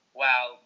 wow